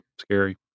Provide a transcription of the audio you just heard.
scary